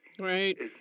Right